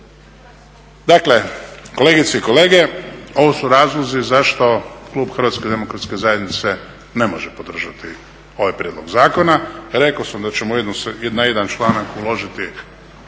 Dakle, kolegice i kolege ovo su razlozi zašto klub Hrvatske demokratske zajednice ne može podržati ovaj prijedlog zakona. Rekao sam da ćemo na jedan članak uložiti